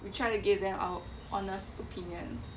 we try to give them our honest opinions